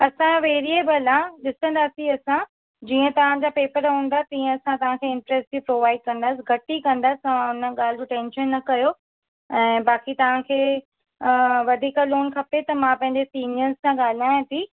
असां जो वेरियेबल आहे ॾिसंदासीं असां जीअं तव्हांजा पेपर हूंदा तीअं असां तव्हां खे इंट्रेस्ट बि प्रोवाईड कंदा घटि ई कंदा तव्हां इन ॻाल्हि जो टेंशन न कयो ऐं बाक़ी तव्हांखे वधी लोन खपे त मां पंहिंजे सिनियर्स सां ॻाल्हायां थी